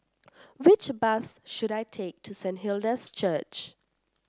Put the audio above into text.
which bus should I take to Saint Hilda's Church